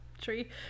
tree